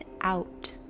out